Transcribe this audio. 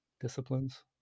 disciplines